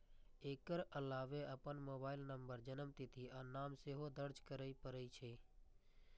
एकर अलावे अपन mobile number, जन्मतिथि आ नाम सेहो दर्ज करय पड़ै छै